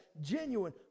genuine